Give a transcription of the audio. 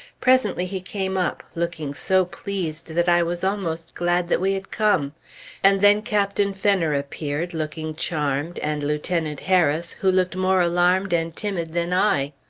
presently he came up, looking so pleased that i was almost glad that we had come and then captain fenner appeared, looking charmed, and lieutenant harris, who looked more alarmed and timid than i.